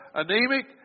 anemic